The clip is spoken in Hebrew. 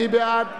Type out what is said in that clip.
מי בעד?